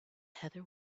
heather